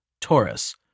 Taurus